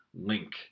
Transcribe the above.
link